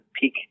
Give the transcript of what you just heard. peak